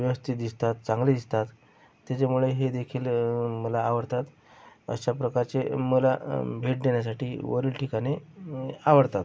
व्यवस्थित दिसतात चांगले दिसतात त्याच्यामुळे हे देखील मला आवडतात अशा प्रकारचे मला भेट देण्यासाठी वरील ठिकाणे आवडतात